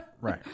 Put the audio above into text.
right